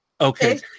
Okay